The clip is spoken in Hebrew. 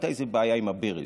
הייתה איזו בעיה עם הברז.